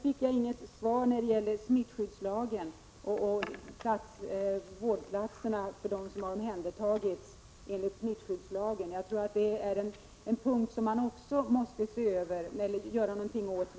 På min fråga om tillgången på vårdplatser för dem som omhändertas enligt smittskyddslagen fick jag inget svar. Detta är också en fråga som man mycket snabbt måste göra någonting åt.